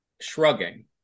shrugging